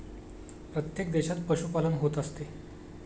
प्रत्येक देशात पशुपालन होत असते